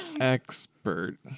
expert